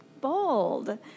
bold